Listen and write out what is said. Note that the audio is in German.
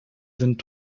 sind